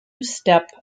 step